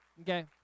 Okay